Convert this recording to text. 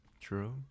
True